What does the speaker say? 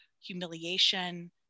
humiliation